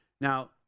Now